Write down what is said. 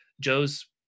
Joe's